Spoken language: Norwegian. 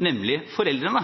nemlig foreldrene.